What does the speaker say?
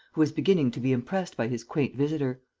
who was beginning to be impressed by his quaint visitor.